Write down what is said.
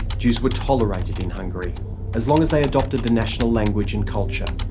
jews were tolerated in hungary as long as they adopted the national language and culture.